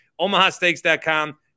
OmahaSteaks.com